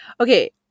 okay